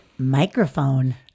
microphone